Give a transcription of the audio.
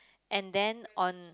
and then on